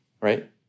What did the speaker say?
right